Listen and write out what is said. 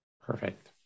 perfect